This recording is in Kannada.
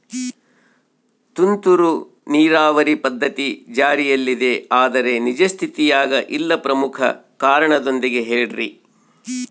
ತುಂತುರು ನೇರಾವರಿ ಪದ್ಧತಿ ಜಾರಿಯಲ್ಲಿದೆ ಆದರೆ ನಿಜ ಸ್ಥಿತಿಯಾಗ ಇಲ್ಲ ಪ್ರಮುಖ ಕಾರಣದೊಂದಿಗೆ ಹೇಳ್ರಿ?